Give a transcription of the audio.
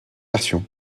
versions